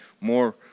more